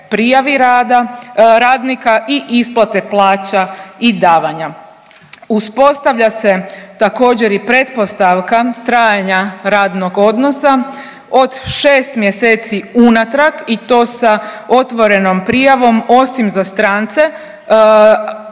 rada, radnika i isplate plaća i davanja. Uspostavlja se također i pretpostavka trajanja radnog odnosa od 6 mjeseci unatrag i to sa otvorenom prijavom osim za strance,